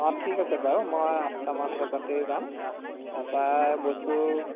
আঁ ঠিক আছে বাৰু মই আঠটা মান বজাতেই যাম এটাই বস্তু